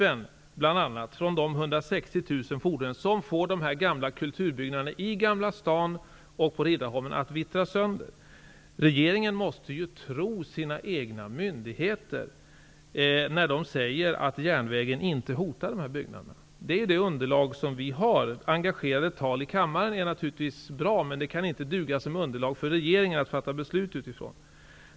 Det är bl.a. utsläppen från dessa 160 000 fordon som gör att de gamla kulturbyggnaderna i Gamla stan och på Riddarholmen vittrar sönder. Regeringen måste ju tro sina egna myndigheter när man där säger att järnvägen inte hotar dessa byggnader. Det är det underlag som vi har. Engagerat tal i kammaren är naturligtvis bra, men det duger inte som beslutsunderlag för regeringen.